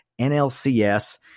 NLCS